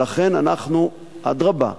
ולכן, אדרבה,